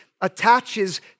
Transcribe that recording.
attaches